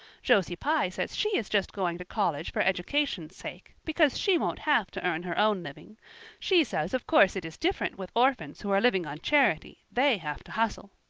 josie pye says she is just going to college for education's sake, because she won't have to earn her own living she says of course it is different with orphans who are living on charity they have to hustle.